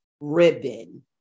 ribbon